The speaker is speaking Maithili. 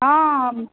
हँ